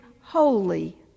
holy